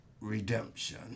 redemption